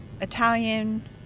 Italian